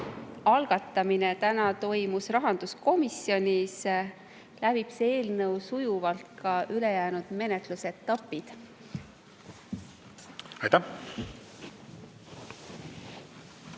algatamine rahanduskomisjonis, läbib see eelnõu sujuvalt ka ülejäänud menetlusetapid. Tere